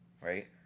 Right